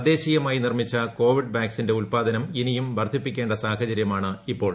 തദ്ദേശീയമായി നിർമ്മിച്ച കോവിഡ് വാക്സിന്റെ ഉല്പാദനം ഇനിയും വർദ്ധിപ്പിക്കേണ്ട സാഹചര്യമാണിപ്പോൾ